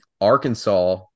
Arkansas